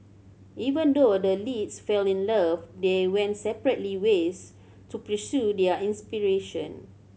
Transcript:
even though the leads fell in love they went separately ways to pursue their inspiration